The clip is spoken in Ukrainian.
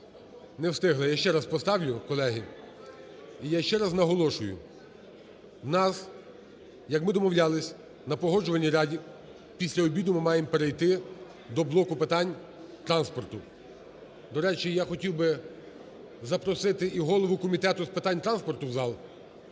Не встигли. Я ще раз поставлю, колеги. І я ще раз наголошую: в нас, як ми домовлялись на Погоджувальній раді, після обіду ми маємо перейти до блоку питань транспорту. До речі, і я хотів би запросити і голову Комітету з питань транспорту в зал.